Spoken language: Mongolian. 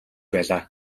байлаа